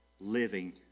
living